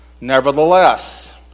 Nevertheless